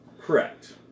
Correct